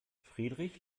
friedrich